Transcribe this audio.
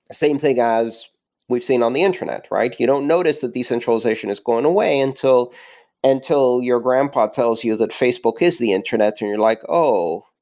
same thing as we've seen on the internet, right? you don't notice that decentralization is going away until until your grandpa tells you that facebook is the internet and you're like, oh!